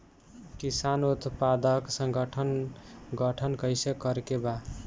किसान उत्पादक संगठन गठन कैसे करके बा?